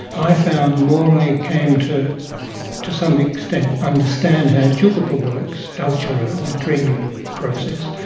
i found the more i came to to some extent understand how tjukurpa works, altjira, the dreaming process,